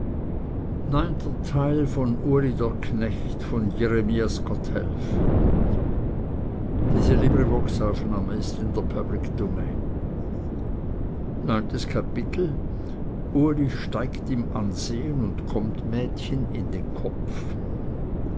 kommen wirst neuntes kapitel uli steigt im ansehen und kommt mädchen in den kopf